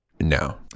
No